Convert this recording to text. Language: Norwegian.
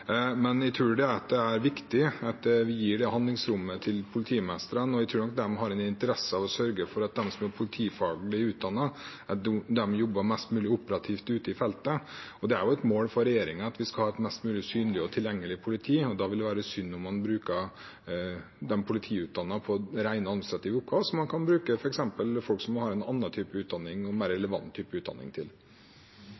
men jeg tror at det er viktig at vi gir det handlingsrommet til politimestrene. Jeg tror nok de har en interesse av å sørge for at de som er politifaglig utdannet, jobber mest mulig operativt ute i feltet. Det er et mål for regjeringen at vi skal ha et mest mulig synlig og tilgjengelig politi, og da vil det være synd om man bruker de politiutdannede til rent administrative oppgaver som man kan bruke f.eks. folk som har en annen og mer relevant type utdanning